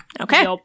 Okay